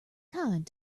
kind